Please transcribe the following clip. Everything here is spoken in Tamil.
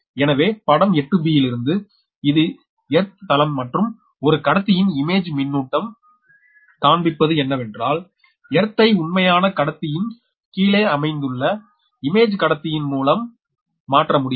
எனவே படம் 8யிலிருந்து இது எர்த் தளம் மற்றும் ஒரு கடத்தியின் இமேஜ்மின்னூட்டம் காண்பிப்பது என்னவென்றால் எர்த் ஐ உண்மையான கடத்தியின் கீழே அமைந்துள்ள இமேஜ்கடத்தியின் மூலம் மாற்ற முடியும்